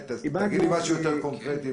תגיד לי משהו יותר קונקרטי.